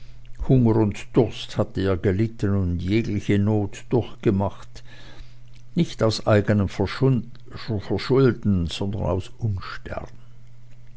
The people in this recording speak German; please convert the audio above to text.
hunger und durst hatte er gelitten und jegliche not durchgemacht nicht aus eigenem verschulden sondern aus unstern